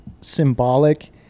symbolic